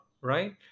right